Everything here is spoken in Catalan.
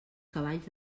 cavalls